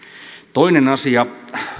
toinen asia